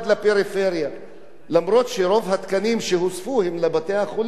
למרות שרוב התקנים שהוספו הם לבתי-החולים ולא לפריפריה,